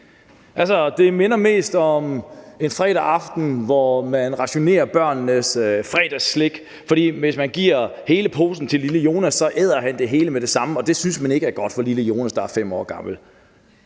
Det minder mest om en fredag aften, hvor man rationerer børnenes fredagsslik, for hvis man giver hele posen til lille Jonas, æder han det hele med det samme, og det synes man ikke er godt for lille Jonas, der er 5 år gammel.